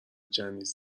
جنیس